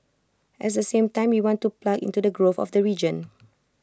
at the same time we want to plug into the growth of the region